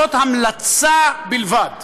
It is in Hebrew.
זו המלצה בלבד.